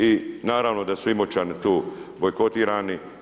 I naravno da su Imoćani tu bojkotirani.